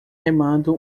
remando